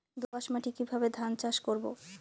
দোয়াস মাটি কিভাবে ধান চাষ করব?